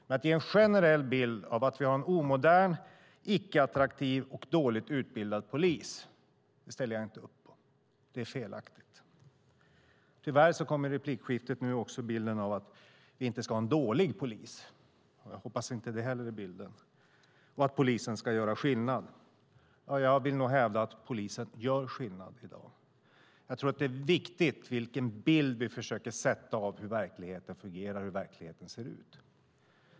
Men att ge en generell bild av att vi har en omodern, icke-attraktiv och dåligt utbildad polis ställer jag inte upp på. Det är felaktigt. Tyvärr kom också nu i replikskiftet bilden av att vi inte ska ha en dålig polis - jag hoppas att det inte är bilden - och att polisen ska göra skillnad. Jag vill nog hävda att polisen gör skillnad i dag. Jag tror att det är viktigt vilken bild vi försöker sätta av hur verkligheten fungerar och hur verkligheten ser ut.